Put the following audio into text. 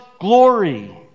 glory